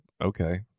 okay